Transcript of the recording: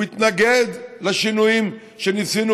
הוא התנגד לשינויים שניסינו,